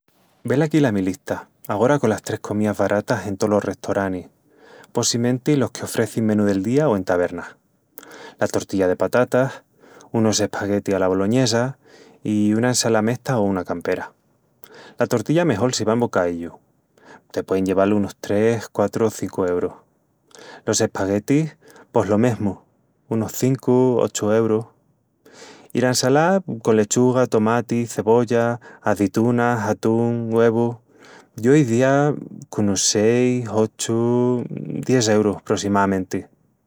Velaquí la mi lista, agora colas tres comías baratas en tolos restoranis, possimenti, los que ofrecin menú del día, o en tavernas: la tortilla de patatas, unus espaguetis ala boloñesa i una ensalá mesta o una campera. La tortilla mejol si va en bocaíllu, te puein lleval unus tres, quatru, cincu eurus... Los espaguetis, pos lo mesmu, unus cincu, ochu eurus... I la ensalá, con lechuga, tomati, cebolla, azitunas, atún, güevu... yo izía qu'unus seis, ochu, dies eurus prossimámenti...